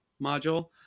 module